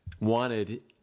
wanted